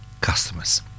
customers